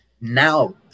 now